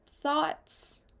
Thoughts